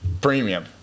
premium